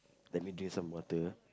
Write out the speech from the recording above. let me drink some water